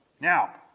Now